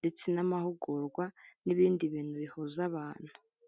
ndetse n'amahugurwa n'ibindi bintu bihuza abantu.